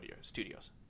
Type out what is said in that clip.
Studios